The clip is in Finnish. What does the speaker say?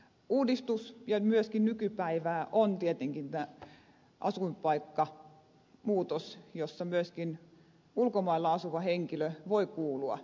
uudistus ja myöskin nykypäivää on tietenkin tämä asuinpaikkamuutos jossa myöskin ulkomailla asuva henkilö voi kuulua yhdistyksiin